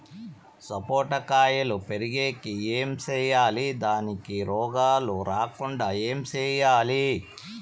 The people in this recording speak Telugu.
సపోట కాయలు పెరిగేకి ఏమి సేయాలి దానికి రోగాలు రాకుండా ఏమి సేయాలి?